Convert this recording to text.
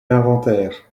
l’inventaire